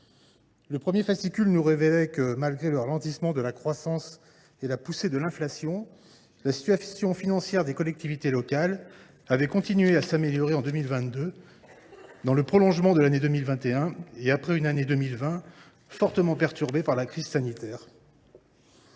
Le premier fascicule nous révélait que, malgré le ralentissement de la croissance et la poussée de l’inflation, la situation financière des collectivités locales avait continué à s’améliorer en 2022, dans le prolongement de l’année 2021 et après une année 2020 fortement perturbée par la crise sanitaire.